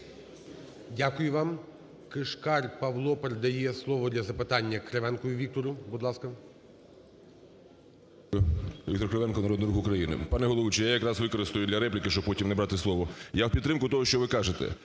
Дякую вам. Кишкар Павло передає слово для запитання Кривенку Віктору. Будь ласка. 10:52:57 КРИВЕНКО В.М. Віктор Кривенко, "Народний Рух України". Пане головуючий, я якраз використаю для репліки, щоб потім не брати слово. Я в підтримку того, що ви кажете.